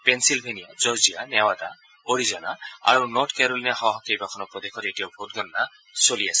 পেলিলভেনিয়া Georgia Nevada Arizona আৰু North কেৰোলিনাসহ কেইবাখনো প্ৰদেশত এতিয়াও ভোটগণনা চলি আছে